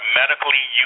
medically